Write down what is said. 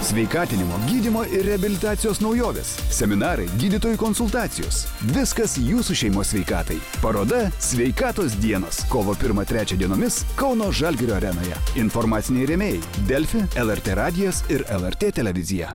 sveikatinimo gydymo ir reabilitacijos naujovės seminarai gydytojų konsultacijos viskas jūsų šeimos sveikatai paroda sveikatos dienos kovo pirmą trečią dienomis kauno žalgirio arenoje informaciniai rėmėjai delfi lrt radijas ir lrt televizija